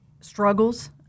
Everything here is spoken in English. struggles